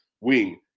wing